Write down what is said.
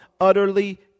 utterly